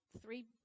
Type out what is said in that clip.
three